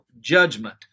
judgment